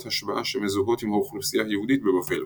השבעה שמזוהות עם האוכלוסייה היהודית בבבל.